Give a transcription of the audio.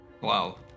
Wow